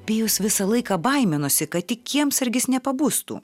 pijus visą laiką baiminosi kad tik kiemsargis nepabustų